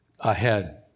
ahead